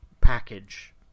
package